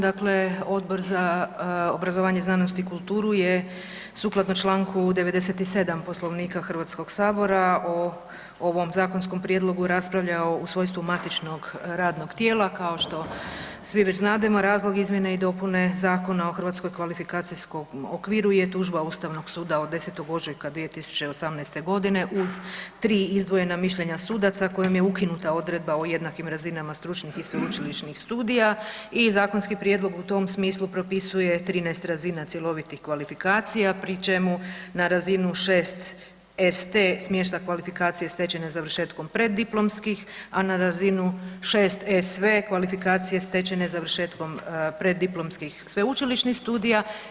Dakle Odbor za obrazovanje, znanost i kulturu je sukladno čl. 97 Poslovnika HS-a o ovom zakonskom prijedlogu raspravljao u svojstvu matičnog radnog tijela kao što svi već znademo, razlog Izmjene i dopune Zakona o Hrvatskom kvalifikacijskom okviru je tužba Ustavnog suda od 10. ožujka 2018. g. uz 3 izdvojena mišljenja sudaca kojim je ukinuta odredba o jednakim razinama stručnih i sveučilišnih studija i zakonski prijedlog u tom smislu propisuje 13 razina cjelovitih kvalifikacija, pri čemu na razinu 6-ST smješta kvalifikacije stečene završetkom preddiplomskih, a na razinu 6-SV kvalifikacije stečene završetkom preddiplomskih sveučilišnih studija.